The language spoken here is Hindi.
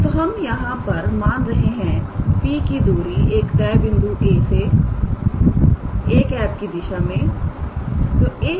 तो हम यहां पर मान रहे हैं P की दूरी एक तय बिंदु A से 𝑎̂ की दिशा में